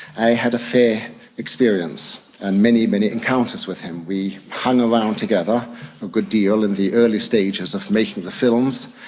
i had a fair experience, and many, many encounters with him. we hung around together a good deal in the early stages of making the films.